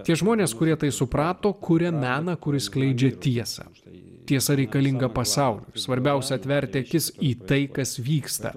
tie žmonės kurie tai suprato kuria meną kuris skleidžia tiesą tai tiesa reikalinga pasauliui svarbiausia atverti akis į tai kas vyksta